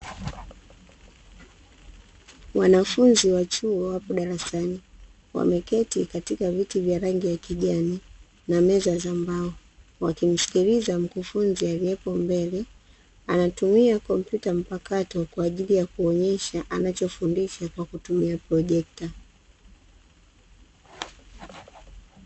Wanafunzi wa chuo wapo darasani wameketi katika viti vya rangi ya kijani na meza za mbao, wakimsikiliza mkufunzi aliyepo mbele, anatumia kompyuta mpakato kwa ajili ya kuonyesha anachofundisha kwa kutumia projekta.